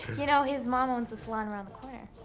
you know, his mom owns the salon around the corner.